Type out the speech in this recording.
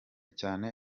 cyane